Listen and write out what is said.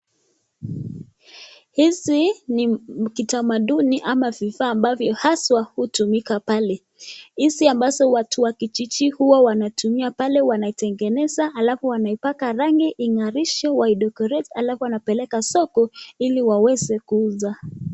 Hizi ni kitamaduni ama vifaa ambazo hutumika pale. Hizi ambazo watu wa kijiji huwa wanatumia pale wanatengeneza alafu wanaipaka rangi ing'arishe wana decorate alafu wapeleke soko ili waweze kuuza.